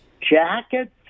jackets